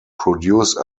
produce